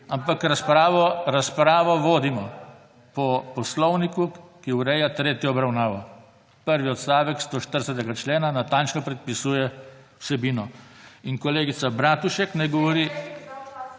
Ampak razpravo vodimo po poslovniku, ki ureja tretjo obravnavo. Prvi odstavek 140. člena natančno predpisuje vsebino. In kolegica Bratušek naj govori